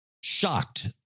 shocked